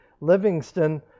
Livingston